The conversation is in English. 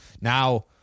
now